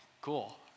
cool